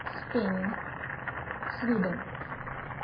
Spain Sweden